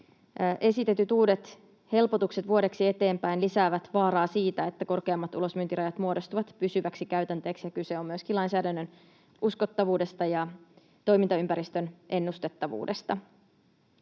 Esitetyt uudet helpotukset vuodeksi eteenpäin lisäävät vaaraa siitä, että korkeammat ulosmyyntirajat muodostuvat pysyväksi käytänteeksi, ja kyse on myöskin lainsäädännön uskottavuudesta ja toimintaympäristön ennustettavuudesta.